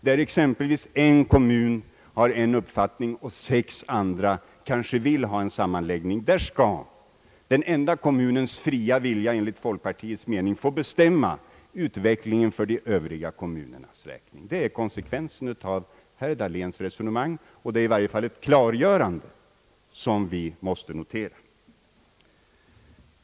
När exempelvis en kommun vill stå fri och sex andra vill ha en sammanläggning skall alltså den enda kommunens fria vilja enligt folkpartiets mening få bestämma utvecklingen för de övriga kommunernas räkning. Det är konsekvensen av herr Dahléns resonemang, och det är i varje fall ett klargörande som vi måste notera.